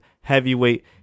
Heavyweight